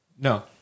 No